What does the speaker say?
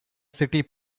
city